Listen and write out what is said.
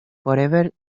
forever